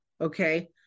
Okay